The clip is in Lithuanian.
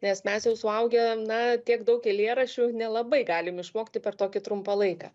nes mes jau suaugę na tiek daug eilėraščių nelabai galim išmokti per tokį trumpą laiką